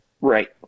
Right